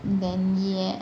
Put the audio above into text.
then ya